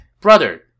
Brother